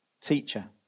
teacher